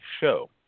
show